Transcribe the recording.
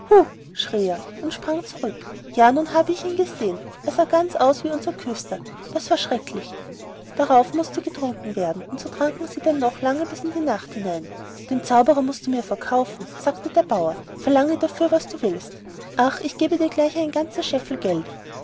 er und sprang zurück ja nun habe ich ihn gesehen er sah ganz aus wie unser küster das war schrecklich darauf mußte getrunken werden und so tranken sie denn noch bis lange in die nacht hinein den zauberer mußt du mir verkaufen sagte der bauer verlange dafür was du willst ja ich gebe dir gleich einen ganzen scheffel geld